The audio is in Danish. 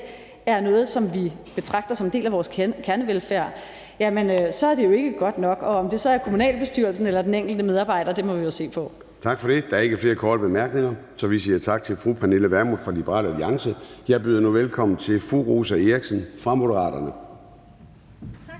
er noget, som vi betragter som en del af vores kernevelfærd, så er det jo ikke godt nok. Og om det så er kommunalbestyrelsen eller den enkelte medarbejder, må vi jo se på. Kl. 10:26 Formanden (Søren Gade): Tak for det. Der er ikke flere korte bemærkninger, så vi siger tak til fru Pernille Vermund fra Liberal Alliance. Jeg byder nu velkommen til fru Rosa Eriksen fra Moderaterne. Kl.